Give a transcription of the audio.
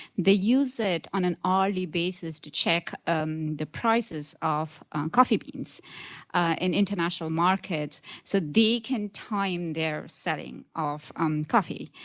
they use it on an hourly basis to check the prices of coffee beans in international market so they can time their setting of coffee.